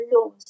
laws